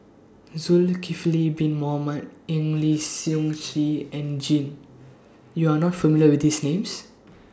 Zulkifli Bin Mohamed Eng Lee Seok Chee and Jin YOU Are not familiar with These Names